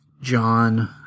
John